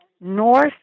North